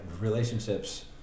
relationships